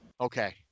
Okay